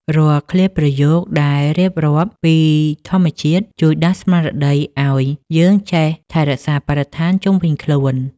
រាល់ឃ្លាប្រយោគដែលរៀបរាប់ពីធម្មជាតិ ជួយដាស់ស្មារតីឱ្យយើងចេះថែរក្សាបរិស្ថានជុំវិញខ្លួន។